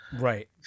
right